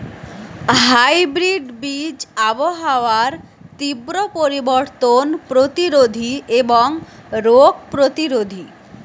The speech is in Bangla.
হাইব্রিড বীজ আবহাওয়ার তীব্র পরিবর্তন প্রতিরোধী এবং রোগ প্রতিরোধী